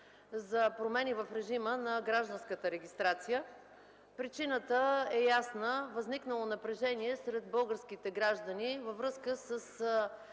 за промени в режима на гражданската регистрация. Причината е ясна: възникнало напрежение сред българските граждани във връзка